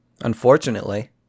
Unfortunately